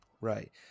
right